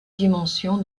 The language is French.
dimension